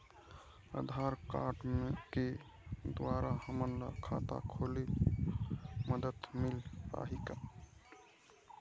आधार card के द्वारा हमन ला खाता खोले म मदद मिल पाही का?